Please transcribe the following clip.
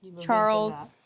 Charles